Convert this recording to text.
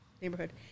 neighborhood